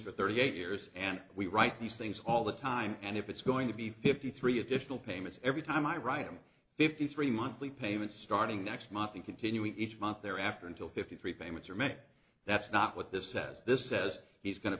for thirty eight years and we write these things all the time and if it's going to be fifty three additional payments every time i write him fifty three monthly payments starting next month and continuing each month there after until fifty three payments are met that's not what this says this says he's going to